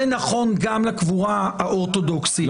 זה נכון גם לקבורה האורתודוקסית,